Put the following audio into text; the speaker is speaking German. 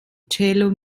cello